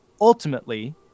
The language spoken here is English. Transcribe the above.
ultimately